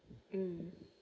um